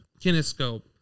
Kinescope